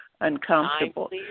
uncomfortable